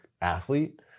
athlete